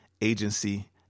agency